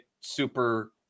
super